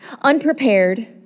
unprepared